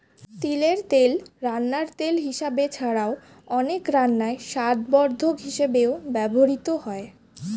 তিলের তেল রান্নার তেল হিসাবে ছাড়াও, অনেক রান্নায় স্বাদবর্ধক হিসাবেও ব্যবহৃত হয়